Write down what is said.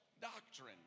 doctrine